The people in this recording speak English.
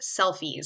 selfies